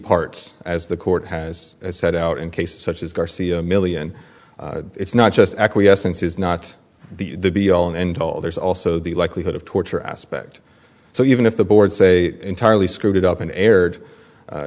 parts as the court has set out in cases such as garcia million it's not just acquiescence is not the be all and end all there's also the likelihood of torture aspect so even if the board say entirely screwed it up and erred